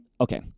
Okay